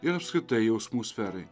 ir apskritai jausmų sferai